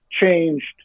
changed